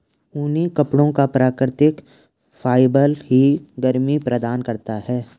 ऊनी कपड़ों का प्राकृतिक फाइबर ही गर्मी प्रदान करता है